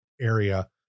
area